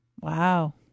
Wow